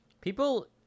People